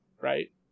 right